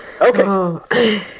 Okay